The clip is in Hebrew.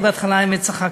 אני בהתחלה, האמת, צחקתי.